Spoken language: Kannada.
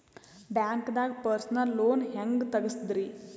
ಬ್ಯಾಂಕ್ದಾಗ ಪರ್ಸನಲ್ ಲೋನ್ ಹೆಂಗ್ ತಗ್ಸದ್ರಿ?